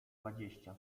dwadzieścia